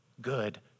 good